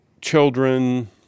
children